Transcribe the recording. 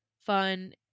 fun